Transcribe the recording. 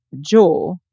jaw